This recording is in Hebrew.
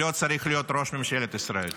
לא צריך להיות ראש ממשלת ישראל.